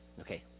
Okay